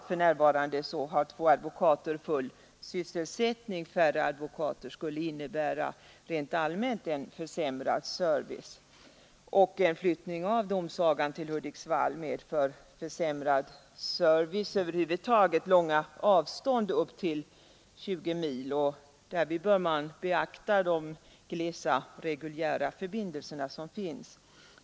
För närvarande har två advokater full sysselsättning — färre advokater skulle rent allmänt innebära en försämrad service. En flyttning av domsagan till Hudiksvall medför försämrad service för befolkningen och långa avstånd — upp till 20 mil — och då bör man beakta de glesa reguljära förbindelserna.